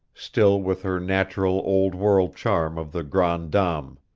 still with her natural old world charm of the grande dame.